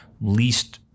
least-